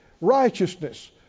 righteousness